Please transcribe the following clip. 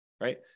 Right